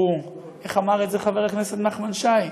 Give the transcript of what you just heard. ואיך אמר את זה חבר הכנסת נחמן שי?